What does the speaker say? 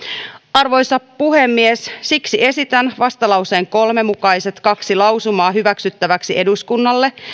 arvoisa puhemies siksi esitän vastalauseen kolme mukaiset kaksi lausumaa hyväksyttäväksi eduskunnalle